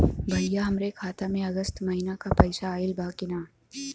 भईया हमरे खाता में अगस्त महीना क पैसा आईल बा की ना?